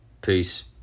Peace